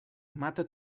mata